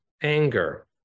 anger